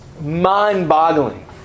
mind-boggling